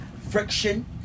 friction